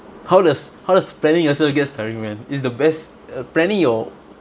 how does how does planning yourself gets tiring man is the best uh planning your